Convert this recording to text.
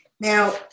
Now